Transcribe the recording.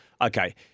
Okay